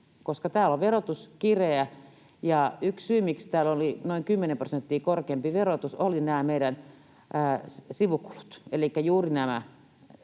täällä on verotus kireä. Ja yksi syy, miksi täällä oli noin 10 prosenttia korkeampi verotus, olivat nämä meidän sivukulut